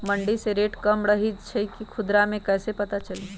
मंडी मे रेट कम रही छई कि खुदरा मे कैसे पता चली?